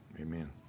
amen